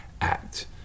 act